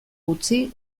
utzi